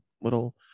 little